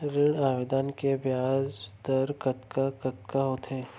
ऋण आवेदन के ब्याज दर कतका कतका होथे?